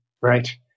Right